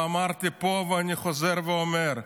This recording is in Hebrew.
אמרתי פה, ואני חוזר ואומר: